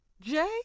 Jay